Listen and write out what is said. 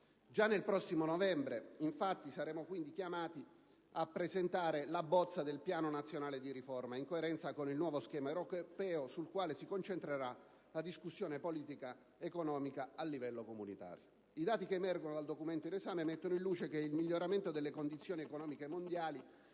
Già nel prossimo novembre saremo, quindi, chiamati a presentare la bozza del piano nazionale di riforma, in coerenza con il nuovo schema europeo, sul quale si concentrerà la discussione politica economica a livello comunitario. I dati che emergono dal documento in esame mettono in luce che il miglioramento delle condizioni economiche mondiali